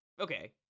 Okay